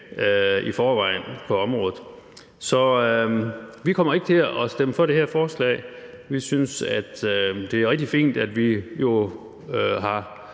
finansiering på området. Så vi kommer ikke til at stemme for det her forslag. Vi synes, det er rigtig fint, at man